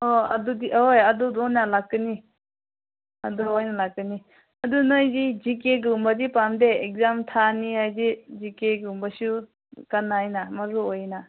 ꯑꯣ ꯑꯗꯨꯗꯤ ꯑꯍꯣꯏ ꯑꯗꯨ ꯑꯣꯏꯅ ꯂꯥꯛꯀꯅꯤ ꯑꯗꯨ ꯑꯣꯏꯅ ꯂꯥꯛꯀꯅꯤ ꯑꯗꯨ ꯅꯣꯏꯒꯤ ꯖꯤꯀꯦꯒꯨꯝꯕꯗꯤ ꯄꯥꯝꯗꯦ ꯑꯦꯛꯖꯥꯝ ꯊꯥꯅꯤ ꯍꯥꯏꯗꯤ ꯖꯤꯀꯦꯒꯨꯝꯕꯁꯨ ꯀꯥꯟꯅꯩꯅ ꯃꯔꯨ ꯑꯣꯏꯅ